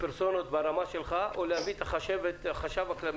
- בפרסונות מהרמה שלך או להביא את החשב הכללי